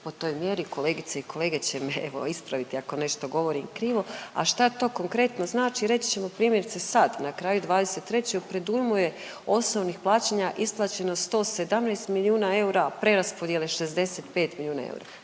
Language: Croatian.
po toj mjeri, kolegice i kolege će me evo ispraviti ako nešto govorim krivo, a šta to konkretno znači reći ćemo primjerice sad, na kraju '23. u predujmu je osobnih plaćanja isplaćeno 117 milijuna eura, a preraspodjele 65 milijuna eura,